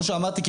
וכמו שאמרתי,